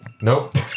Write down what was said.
Nope